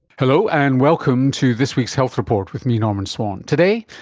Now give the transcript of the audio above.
hello, and welcome to this week's health report with me, norman swan. today,